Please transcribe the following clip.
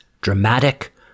dramatic